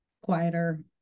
quieter